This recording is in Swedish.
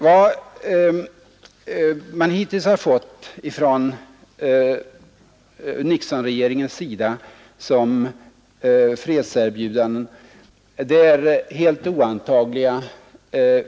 Nixonregeringens hittillsvarande s.k. fredserbjudanden är helt oantagliga.